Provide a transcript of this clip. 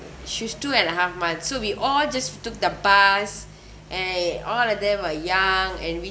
she's two and a half months so we all just took the bus and all of them were young and we